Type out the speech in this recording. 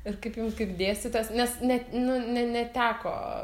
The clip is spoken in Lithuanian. ir kaip jums kaip dėstytojas nes net nu ne neteko